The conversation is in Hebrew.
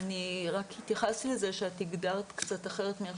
רק התייחסתי לזה שאת הגדרת קצת אחרת מאיך